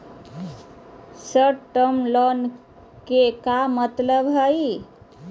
Short term loan के का मतलब हई?